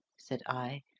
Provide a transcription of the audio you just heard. said i,